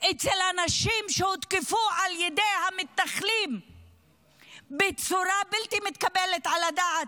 אצל הנשים שהותקפו על ידי המתנחלים בצורה בלתי מתקבלת על הדעת.